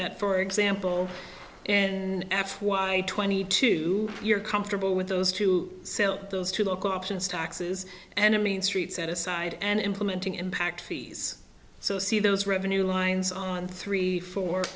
that for example an f why twenty two you're comfortable with those to sell those two local options taxes and i mean street set aside and implementing impact fees so see those revenue lines on three fo